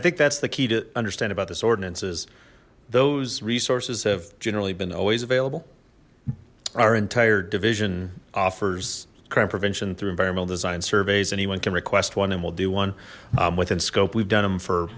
i think that's the key to understand about this ordinance is those resources have generally been always available our entire division offers crime prevention through environmental design surveys anyone can request one and we'll do one within scope we've done them for